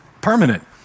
permanent